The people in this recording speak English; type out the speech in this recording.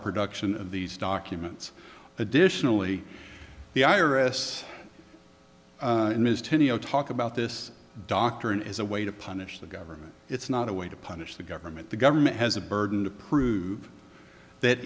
production of these documents additionally the i r s ms ten you know talk about this doctrine is a way to punish the government it's not a way to punish the government the government has a burden to prove that